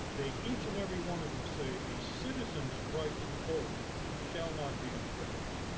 they each and every one of them say, a citizens right to vote shall not be infringed.